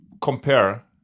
compare